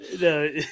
No